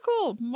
cool